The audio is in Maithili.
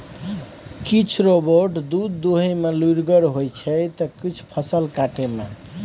किछ रोबोट दुध दुहय मे लुरिगर होइ छै त किछ फसल काटय मे